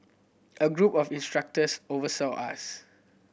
a group of instructors oversaw us